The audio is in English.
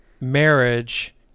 marriage